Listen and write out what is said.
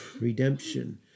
redemption